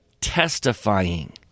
testifying